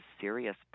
serious